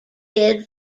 did